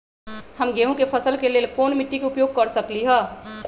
हम गेंहू के फसल के लेल कोन मिट्टी के उपयोग कर सकली ह?